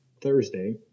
Thursday